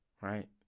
right